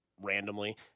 randomly